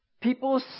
people